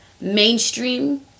Mainstream